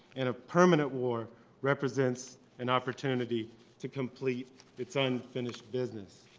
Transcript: and of permanent war represents an opportunity to complete its unfinished business.